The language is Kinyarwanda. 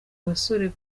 abasore